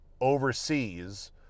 overseas